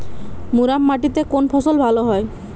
মুরাম মাটিতে কোন ফসল ভালো হয়?